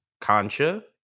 Concha